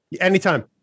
Anytime